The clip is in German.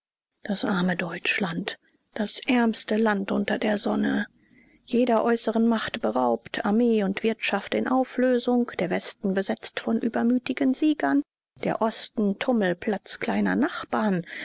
das arme deutschland das ärmste land unter der sonne jeder äußeren macht beraubt armee und wirtschaft in auflösung der westen besetzt von übermütigen siegern der osten tummelplatz kleiner nachbarn